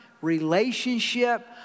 relationship